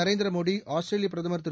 Narendra Modi Australia பிரதமர் திரு